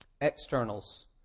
Externals